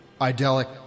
idyllic